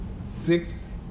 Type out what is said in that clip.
six